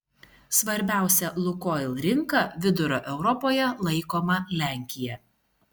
svarbiausia lukoil rinka vidurio europoje laikoma lenkija